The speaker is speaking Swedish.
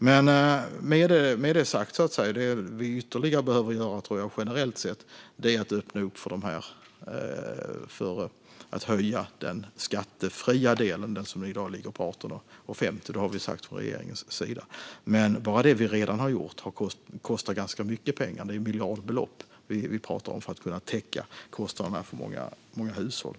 Men med detta sagt tror jag att vi generellt behöver öppna för att höja den skattefria delen, som i dag ligger på 18,50. Det har vi sagt från regeringens sida. Men bara det vi redan har gjort kostar ganska mycket pengar. Det är miljardbelopp vi talar om för att vi ska kunna täcka kostnaderna för många hushåll.